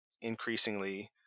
increasingly